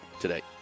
today